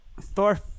Thor